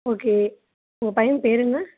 okay உங்கள் பையன் பேர் என்ன